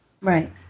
Right